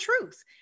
truth